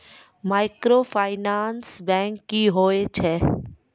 Microfinance bank की होय छै?